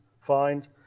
find